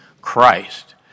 Christ